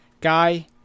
guy